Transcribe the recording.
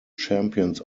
champions